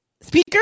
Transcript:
Speaker